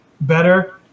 better